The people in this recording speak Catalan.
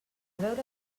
veure